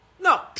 No